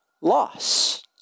loss